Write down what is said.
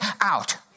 out